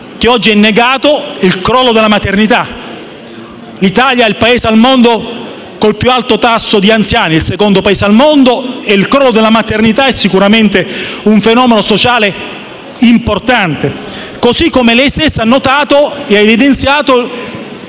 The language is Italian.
che oggi è negato, e del crollo della maternità. L'Italia è il secondo Paese al mondo con il più alto tasso di anziani e il crollo della maternità è sicuramente un fenomeno sociale importante. Così come lei stessa ha notato e evidenziato